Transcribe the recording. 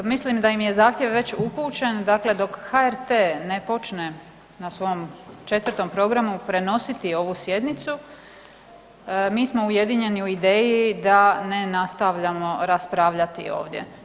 Mislim da im je zahtjev već upućen, dakle dok HRT ne počne na svom 4-tom programu prenositi ovu sjednicu mi smo ujedinjeni u ideji da ne nastavljamo raspravljati ovdje.